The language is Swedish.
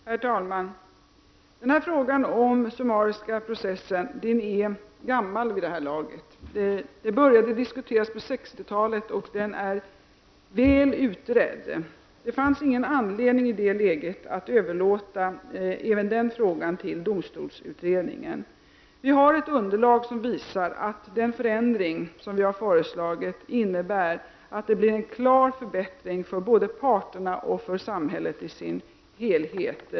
Herr talman! Frågan om den summariska processen är gammal. Den började diskuteras redan på 1960-talet och är väl utredd. Därför fanns det ingen anledning att överlåta även den frågan på domstolsutredningen. Vi har ett underlag som visar att den förändring som vi föreslagit innebär att det blir en klar förbättring för både parterna och samhället i dess helhet.